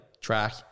Track